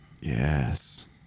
yes